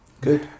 Good